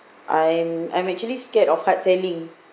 I'm I'm actually scared of hard selling